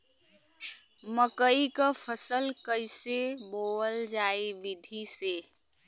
मकई क फसल कईसे बोवल जाई विधि से?